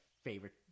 favorite